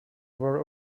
were